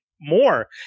more